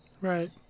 Right